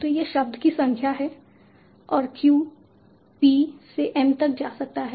तो ये शब्द की संख्या है और q p से m तक जा सकते हैं